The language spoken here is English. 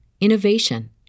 innovation